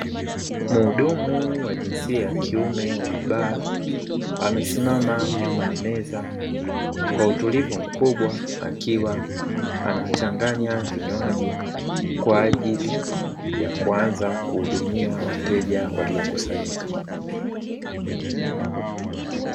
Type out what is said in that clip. Mhudumu wa jinsia ya kiume wa baa amesimama nyuma ya meza kwa utulivu mkubwa, akiwa anachanganya vinywaji kwa ajili kuanza kuudumia wateja waliokusanyika.